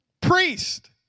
priest